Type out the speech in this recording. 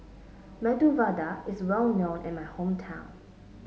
Medu Vada is well known in my hometown